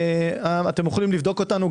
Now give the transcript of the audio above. אתם יכולים לבדוק אותנו,